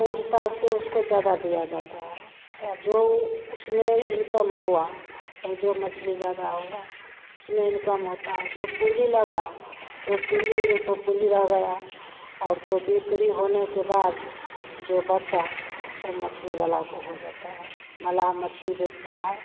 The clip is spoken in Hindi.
उस हिसाब से उसको ज़्यादा दिया जाता है जो उसमें इनकम हुआ हम जो मछली ज़्यादा हुई उसमें इनकम होता है जो पूँजी लगी वह पूँजी तो पूँजी रह गई और जो बिक्री होने के बाद जो बची वह मछली वाले की हो जाती है मल्लाह मछली बेचता है